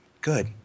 Good